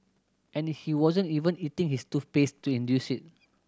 and he wasn't even eating his toothpaste to induce it